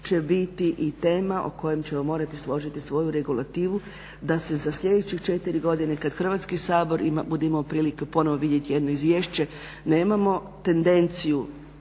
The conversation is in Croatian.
će biti i tema o kojoj ćemo morati složiti svoju regulativu da se za sljedećih četiri godine kad Hrvatski sabor bude imao prilike ponovo vidjeti jedno izvješće nemamo tendenciju